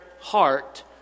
heart